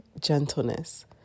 gentleness